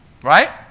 Right